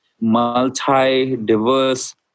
multi-diverse